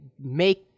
make